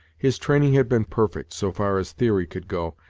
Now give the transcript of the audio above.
his training had been perfect, so far as theory could go,